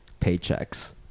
paychecks